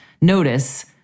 notice